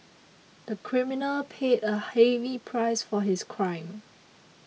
the criminal paid a heavy price for his crime